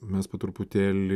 mes po truputėlį